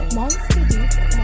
monster